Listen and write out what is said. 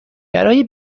برای